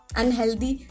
unhealthy